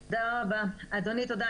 אדוני, תודה.